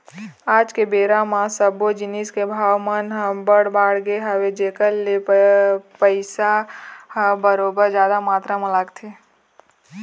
आज के बेरा म सब्बो जिनिस के भाव मन ह बड़ बढ़ गे हवय जेखर ले पइसा ह बरोबर जादा मातरा म लगथे